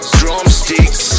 drumsticks